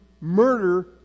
murder